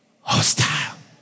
Hostile